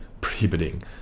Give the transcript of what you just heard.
prohibiting